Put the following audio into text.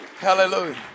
Hallelujah